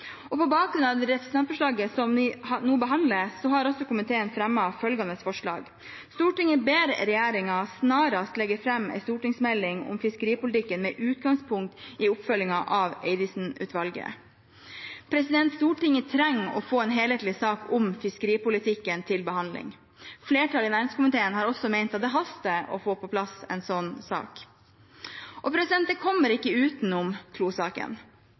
Og på bakgrunn av representantforslaget som vi nå behandler, har altså komiteen fremmet følgende forslag: «Stortinget ber regjeringen snarest legge frem en stortingsmelding om fiskeripolitikken med utgangspunkt i oppfølgingen av Eidesen-utvalget.» Stortinget trenger å få en helhetlig sak om fiskeripolitikken til behandling. Flertallet i næringskomiteen har også ment at det haster å få på plass en slik sak. Jeg kommer ikke utenom